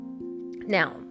Now